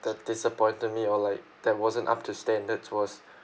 that disappointed me or like that wasn't up to standards was